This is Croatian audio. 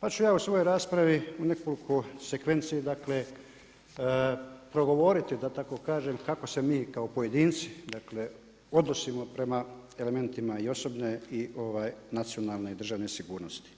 pa ću ja u svojoj raspravi u nekoliko sekvenci progovoriti da tako kažem kako se mi kao pojedinci, dakle odnosimo prema elementima i osobne i nacionalne državne sigurnosti.